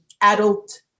adult